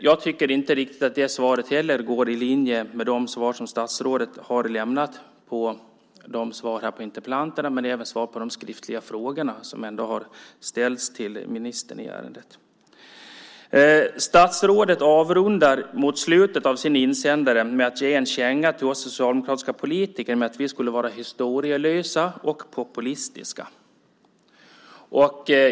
Jag tycker inte riktigt att det svaret heller går i linje med de svar som statsrådet har lämnat till interpellanterna här och svaren på de skriftliga frågor som har ställts till ministern i ärendet. Statsrådet avrundar mot slutet av sin insändare med att ge en känga till oss socialdemokratiska politiker. Vi skulle vara historielösa och populistiska.